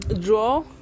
draw